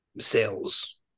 sales